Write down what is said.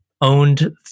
owned